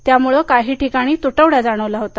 त्यामुळे काही ठिकाणी तूटवडा जाणवला होता